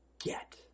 get